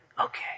Okay